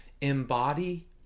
embody